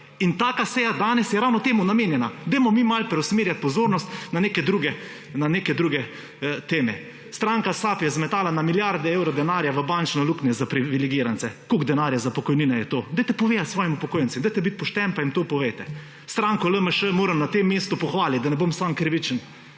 In taka seja danes je ravno temu namenjana. Dajmo mi malo preusmerjati pozornost na neke druge teme. Stranka SAB je zmetala na milijarde evrov denarja v bančno luknjo za privilegirance. Koliko denarja za pokojnine je to? Dajte povedati svojim upokojencem, dajte biti pošteni in jim to povejte. Stranko LMŠ moram na tem mestu pohvaliti, da ne bom samo krivičen.